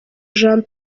jean